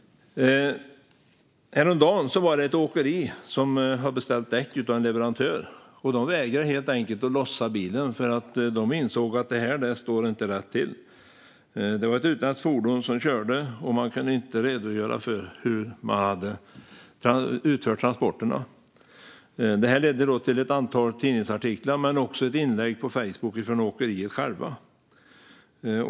Häromdagen var det ett åkeri som hade beställt däck av en leverantör och som helt enkelt vägrade att lossa bilen eftersom de insåg att det inte stod rätt till. Det var ett utländskt fordon som körde, och man kunde inte redogöra för hur man hade utfört transporterna. Detta ledde till ett antal tidningsartiklar men också till ett inlägg på Facebook från åkeriet självt.